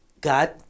God